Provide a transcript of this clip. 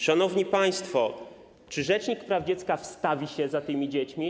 Szanowni państwo, czy rzecznik praw dziecka wstawi się za tymi dziećmi?